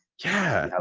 yeah.